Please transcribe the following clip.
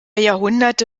jahrhunderte